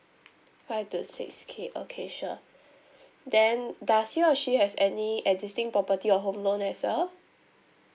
five to six K okay sure then does he or she has any existing property or home loan as well